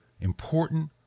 important